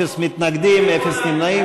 אפס מתנגדים ואפס נמנעים.